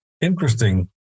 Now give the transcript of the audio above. Interesting